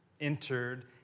entered